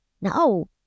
No